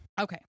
Okay